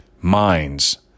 minds